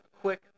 quick